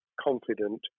confident